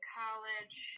college